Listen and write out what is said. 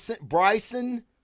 Bryson